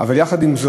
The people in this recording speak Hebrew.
אבל יחד עם זה